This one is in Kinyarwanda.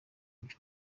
buryo